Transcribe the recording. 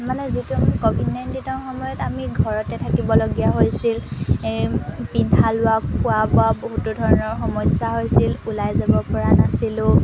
মানে যিটো আমি ক'ভিড নাইণ্টিনৰ সময়ত আমি ঘৰতে থাকিবলগীয়া হৈছিল পিন্ধা লোৱা খোৱা বোৱা বহুতো ধৰণৰ সমস্যা হৈছিল ওলাই যাবপৰা নাছিলোঁ